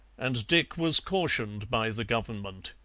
and dick was cautioned by the government.